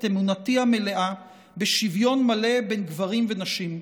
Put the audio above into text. אמונתי המלאה בשוויון מלא בין גברים לנשים.